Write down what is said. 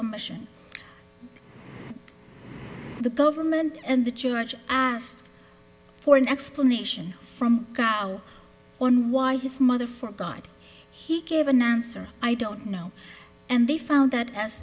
a mission the government and the church asked for an explanation from cow on why his mother for god he gave an answer i don't know and they found that as